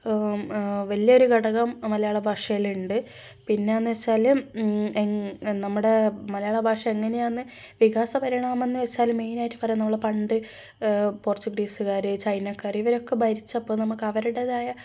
വലിയൊരു ഘടകം മലയാള ഭാഷയിലുണ്ട് പിന്നെയെന്ന് വെച്ചാൽ നമ്മുടെ മലയാള ഭാഷാ എങ്ങനെയാണെന്ന് വികാസ പരിണാമമെന്ന് വെച്ചാൽ മെയ്നായിട്ട് പറയുന്നതു പോലെ പണ്ട് പോർച്ചുഗീസുകാർ ചൈനക്കാർ ഇവരൊക്കെ ഭരിച്ചപ്പോൾ നമക്ക് അവരുടേതായ